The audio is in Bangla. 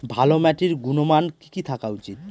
ভালো মাটির গুণমান কি কি থাকা উচিৎ?